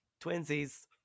Twinsies